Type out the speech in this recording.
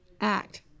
Act